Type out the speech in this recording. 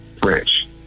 French